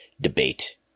debate